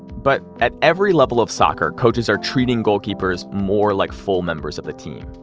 but at every level of soccer, coaches are treating goalkeepers more like full members of the team.